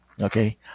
Okay